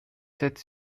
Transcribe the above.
sept